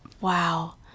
wow